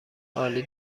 عالی